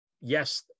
yes